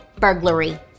Burglary